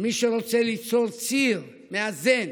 מי שרוצה ליצור ציר מאזן,